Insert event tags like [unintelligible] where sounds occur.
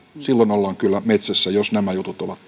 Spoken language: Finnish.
silloin ollaan kyllä metsässä jos nämä jutut ovat [unintelligible]